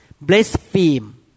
blaspheme